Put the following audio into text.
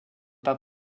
pas